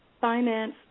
finance